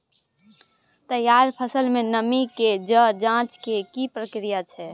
तैयार फसल में नमी के ज जॉंच के की प्रक्रिया छै?